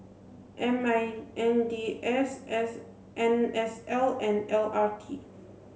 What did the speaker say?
M I N D S S N S L and L R T